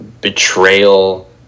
betrayal